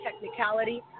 technicality